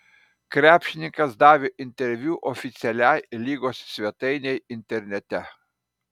krepšininkas davė interviu oficialiai lygos svetainei internete